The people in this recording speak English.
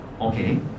okay